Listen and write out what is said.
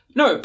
no